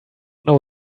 know